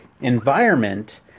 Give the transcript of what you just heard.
environment